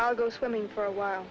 i'll go swimming for a while